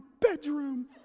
bedroom